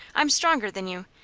i'm stronger than you,